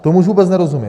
Tomu už vůbec nerozumím.